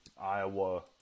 Iowa